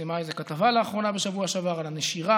התפרסמה איזו כתבה לאחרונה בשבוע שעבר על הנשירה